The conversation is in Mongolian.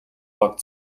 баг